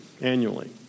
annually